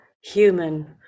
human